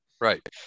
Right